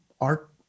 art